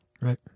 Right